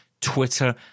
Twitter